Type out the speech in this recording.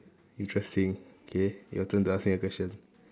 interesting K your turn to ask me a question